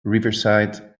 riverside